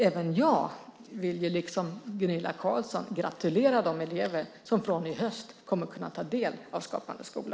Även jag vill, liksom Gunilla Carlsson, gratulera de elever som från i höst kommer att kunna ta del av Skapande skola.